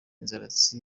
inzaratsi